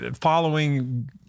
Following